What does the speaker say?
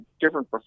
different